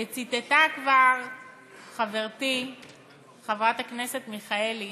וציטטה כבר חברתי חברת הכנסת מיכאלי